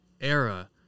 era